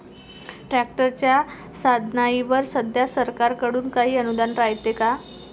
ट्रॅक्टरच्या साधनाईवर सध्या सरकार कडून काही अनुदान रायते का?